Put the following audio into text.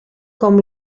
com